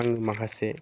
आंनि माखासे